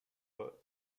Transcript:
boat